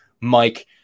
Mike